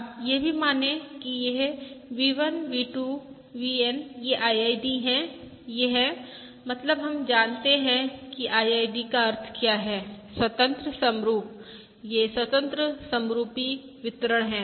अब यह भी माने कि यह V1 V2 VN ये IID हैं ये हैंमतलब हम जानते हैं कि IID का अर्थ क्या है स्वतंत्र समरुप ये स्वतंत्र समरुपी वितरण हैं